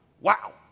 Wow